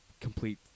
complete